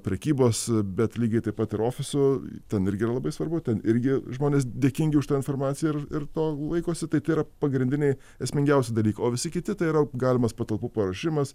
prekybos bet lygiai taip pat ir ofisų ten irgi yra labai svarbu ten irgi žmonės dėkingi už tą informaciją ir ir to laikosi tai tai yra pagrindiniai esmingiausi dalykai o visi kiti tai yra galimas patalpų paruošimas